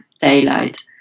daylight